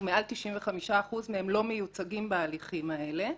מעל 95% מהם לא מיוצגים בהליכים האלה,